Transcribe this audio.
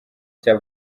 cya